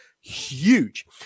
huge